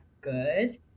good